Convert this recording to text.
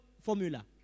formula